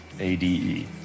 A-D-E